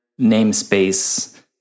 namespace